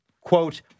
quote